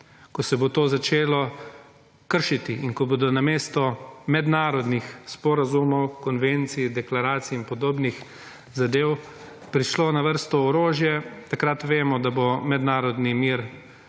ko se bo to začelo kršiti in ko bodo namesto mednarodnih sporazumov, konvencij deklaracij in podobnih zadev prišlo na vrsto orožje, takrat vemo, da bo mednarodni mir